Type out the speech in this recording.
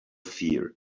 fear